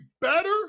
better